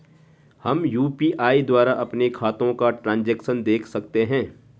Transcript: हम यु.पी.आई द्वारा अपने खातों का ट्रैन्ज़ैक्शन देख सकते हैं?